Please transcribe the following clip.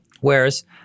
Whereas